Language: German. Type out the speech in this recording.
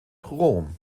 rom